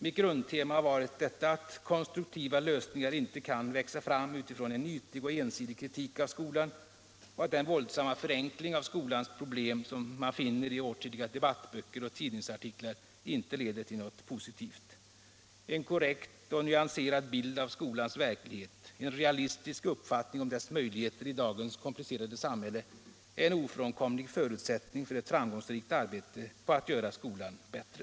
Mitt grundtema har varit detta att konstruktiva lösningar inte kan växa fram utifrån en ytlig och ensidig kritik av skolan och att den våldsamma förenkling av skolans problem som man finner i åtskilliga debattböcker och tidningsartiklar inte leder till något positivt. En korrekt och nyanserad bild av skolans verklighet, en realistisk uppfattning om dess möjligheter i dagens komplicerade samhälle är en ofrånkomlig förutsättning för ett framgångsrikt arbete på att göra skolan bättre.